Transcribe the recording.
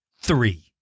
three